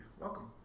Welcome